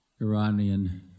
Iranian